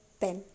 pen